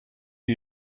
you